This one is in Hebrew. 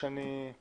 שוב